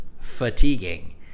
fatiguing